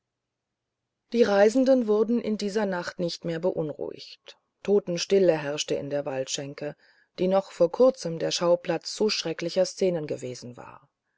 die reisenden wurden in dieser nacht nicht mehr beunruhigt totenstille herrschte in der waldschenke die noch vor kurzem der schauplatz so schrecklicher szenen gewesen war